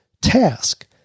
task